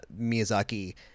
Miyazaki